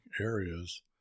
areas